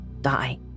die